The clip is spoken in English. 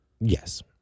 Yes